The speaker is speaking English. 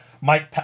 Mike